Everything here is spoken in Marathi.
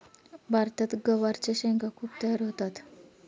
भारतात गवारच्या शेंगा खूप तयार होतात